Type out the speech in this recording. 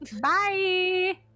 Bye